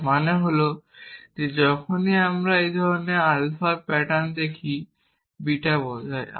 যার মানে হল যে যখনই আমরা একটি ধরণের আলফার প্যাটার্ন দেখি বিটা বোঝায়